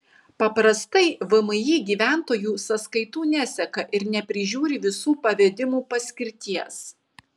paprastai vmi gyventojų sąskaitų neseka ir neprižiūri visų pavedimų paskirties